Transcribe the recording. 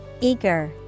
Eager